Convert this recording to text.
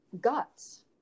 guts